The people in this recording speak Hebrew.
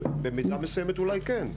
במידה מסוימת אולי כן.